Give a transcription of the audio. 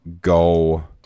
go